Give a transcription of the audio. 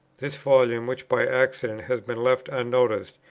this volume, which by accident has been left unnoticed,